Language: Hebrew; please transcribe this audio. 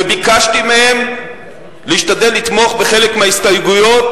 וביקשתי מהם להשתדל לתמוך בחלק מההסתייגויות